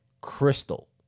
crystal